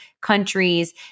countries